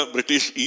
British